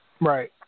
Right